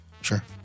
Sure